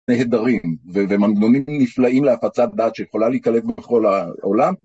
נהדרים ומנגנונים נפלאים להפצת דעת שיכולה להיקלט בכל העולם.